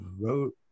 wrote